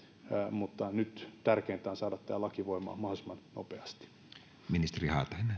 mutta nyt tärkeintä on saada tämä laki voimaan mahdollisimman nopeasti